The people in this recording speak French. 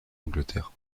angleterre